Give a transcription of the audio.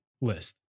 list